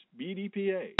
Bdpa